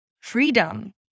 freedom